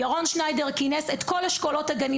ירון שניידר כינס את כל אשכולות הגנים